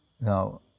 Now